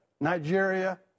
Nigeria